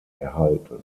erhalten